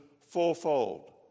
fourfold